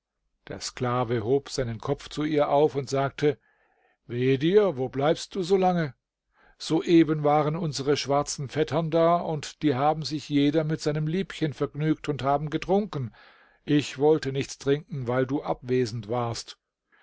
der sklave hob seinen kopf zu ihr auf und sagte wehe dir wo bleibst du so lange soeben waren unsere schwarzen vettern da und haben sich jeder mit seinem liebchen vergnügt und haben getrunken ich wollte nichts trinken weil du abwesend warst